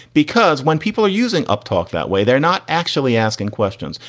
because when people are using uptalk that way, they're not actually asking questions.